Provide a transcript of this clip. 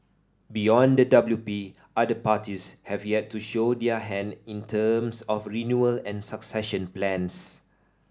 beyond the W P other parties have yet to show their hand in terms of renewal and succession plans